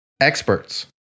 Experts